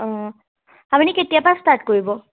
অ' আপুনি কেতিয়াৰ পা ষ্টাৰ্ট কৰিব